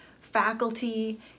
faculty